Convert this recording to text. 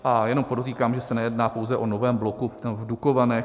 A jenom podotýkám, že se nejedná pouze o novém bloku v Dukovanech.